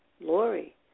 Lori